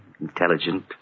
intelligent